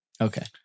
Okay